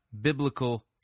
biblical